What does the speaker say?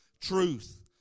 Truth